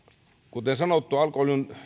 kuten sanottu alkoholin